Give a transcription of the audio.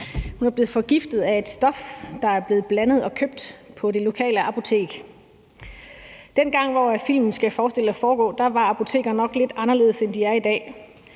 Hun er blevet forgiftet af et stof, der er blevet blandet og købt på det lokale apotek. Dengang, hvor filmen skal forestille at foregå, var apotekerne nok lidt anderledes, end de er i dag.